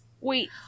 Wait